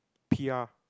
P_R